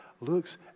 looks